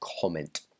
comment